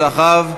ואחרי דבריו,